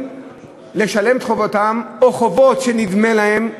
לשלם את חובתם או חובות שנדמה להם,